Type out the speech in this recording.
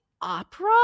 opera